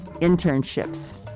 internships